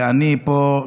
ואני פה,